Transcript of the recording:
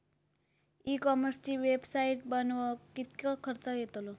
E कॉमर्सची website बनवक किततो खर्च येतलो?